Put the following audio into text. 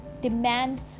demand